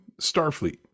Starfleet